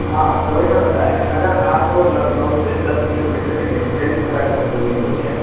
ہاں ہاں سر وہی میں بتایا کہ اگر آپ لکھنؤ سے دس کلو میٹر کے ڈسٹینس پر اگر سر زمین لیتے ہیں